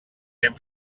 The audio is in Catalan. ben